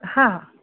हां